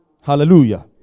Hallelujah